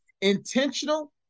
intentional